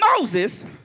moses